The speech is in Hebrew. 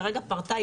כרגע ענבל פרטה,